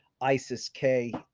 ISIS-K